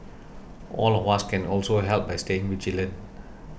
all of us can also help by staying vigilant